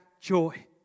joy